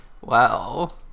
Wow